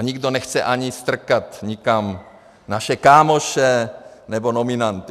Nikdo nechce ani strkat nikam naše kámoše nebo nominanty.